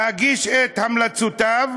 להגיש את המלצותיו,